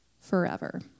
forever